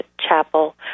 chapel